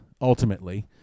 ultimately